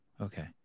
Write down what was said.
Okay